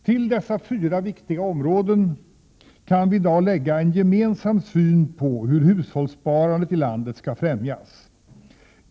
Till dessa fyra viktiga områden kan vi i dag lägga en gemensam syn på hur hushållssparandet i landet skall främjas.